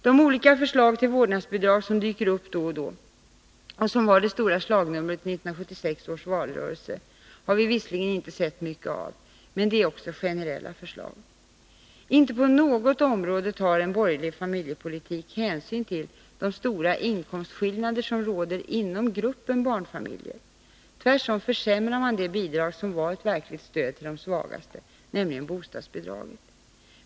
De olika förslag till vårdnadsbidrag som dyker upp då och då och som var det stora slagnumret i 1976 års valrörelse har vi visserligen inte sett mycket av. Men de är också generella förslag. Inte på något område tar en borgerlig familjepolitik hänsyn till de stora inkomstskillnader som råder inom gruppen barnfamiljer. Tvärtom försämrar man det bidrag som var ett verkligt stöd till de svagaste, nämligen bostadsbidraget.